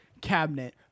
cabinet